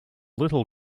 little